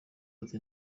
ati